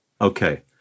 Okay